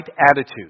attitude